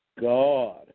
God